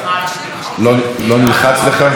לא נלחץ לך?